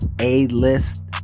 A-list